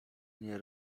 nie